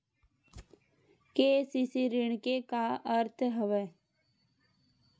KCC ऋण के का अर्थ हवय?